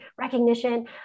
recognition